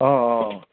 অঁ অঁ